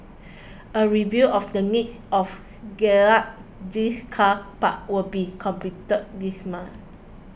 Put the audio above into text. a review of the need of gazette these car parks will be completed this month